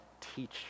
teach